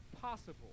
possible